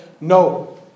no